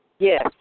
Yes